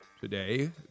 today